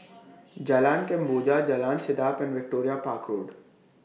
Jalan Kemboja Jalan Sedap and Victoria Park Road